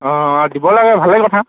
অঁ দিব লাগে ভালেই কথা